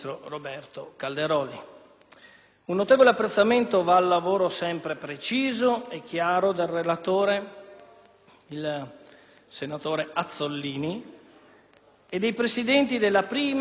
Un notevole apprezzamento va poi al lavoro sempre preciso e chiaro del relatore, il senatore Azzollini, e dei Presidenti delle Commissioni